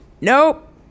Nope